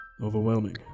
Overwhelming